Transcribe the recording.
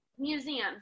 museums